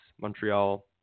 montreal